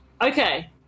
Okay